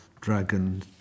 Dragon